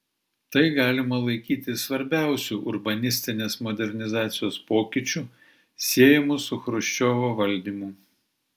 tai galima laikyti svarbiausiu urbanistinės modernizacijos pokyčiu siejamu su chruščiovo valdymu